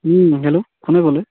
hello কোনে ক'লে